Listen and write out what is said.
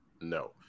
No